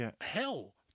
hell